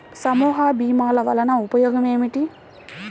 సమూహ భీమాల వలన ఉపయోగం ఏమిటీ?